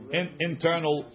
internal